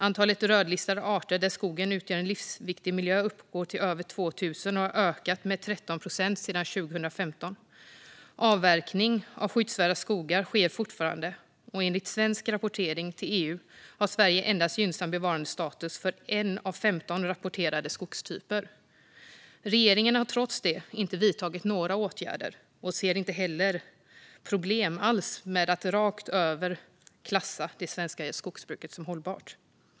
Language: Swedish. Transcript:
Antalet rödlistade arter där skogen utgör en livsviktig miljö uppgår till över 2 000 och har ökat med 13 procent sedan 2015. Avverkning av skyddsvärda skogar sker fortfarande, och enligt svensk rapportering till EU har Sverige gynnsam bevarandestatus för endast 1 av 15 rapporterade skogstyper. Regeringen har trots detta inte vidtagit några åtgärder och ser inte heller några problem alls med att rakt av klassa det svenska skogsbruket som hållbart.